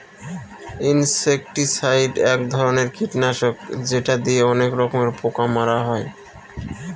insecticide এক ধরনের কীটনাশক যেটা দিয়ে অনেক রকমের পোকা মারা হয়